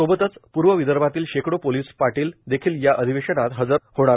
सोबतच पूर्व विदर्भातील शेकडो पोलीस पाटील देखील या अधिवेशनात हजर झाले